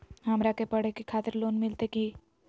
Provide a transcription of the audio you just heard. हमरा के पढ़े के खातिर लोन मिलते की?